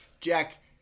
Jack